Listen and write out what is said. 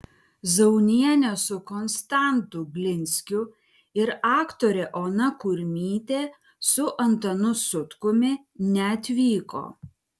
zaunienė su konstantu glinskiu ir aktorė ona kurmytė su antanu sutkumi neatvyko